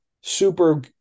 super